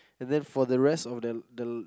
and then for the rest of that the the